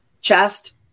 chest